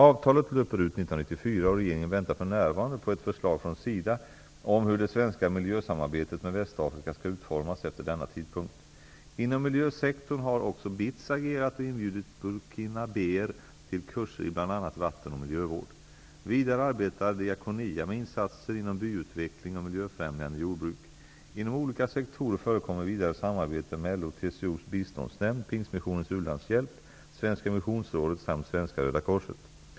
Avtalet löper ut 1994 och regeringen väntar för närvarande på ett förslag från Västafrika skall utformas efter denna tidpunkt. Inom miljösektorn har också BITS agerat och inbjudit burkinabéer till kurser i bl.a. vatten och miljövård. Vidare arbetar Diakonia med insatser inom byutveckling och miljöfrämjande jordbruk. Inom olika sektorer förekommer vidare samarbete med LO/TCO:s biståndsnämnd, Pingstmissionens u-landshjälp, Svenska missionsrådet samt Svenska röda korset.